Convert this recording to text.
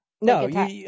No